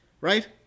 right